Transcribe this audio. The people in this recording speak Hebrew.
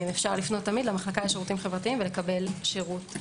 אפשר לפנות תמיד למחלקה לשירותים חברתיים ולקבל שירות.